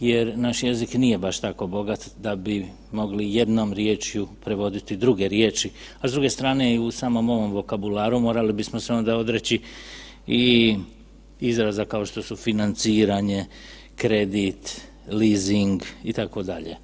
jer naš jezik nije baš tako bogat da bi mogli jednom riječju prevoditi druge riječi, pa s druge strane i u samom ovom vokabularu morali bismo se ona i odreći i izraza kao što su financiranje, kredit, leasing, itd.